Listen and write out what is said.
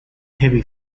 heavy